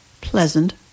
pleasant